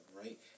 right